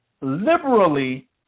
liberally